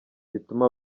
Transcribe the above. gituma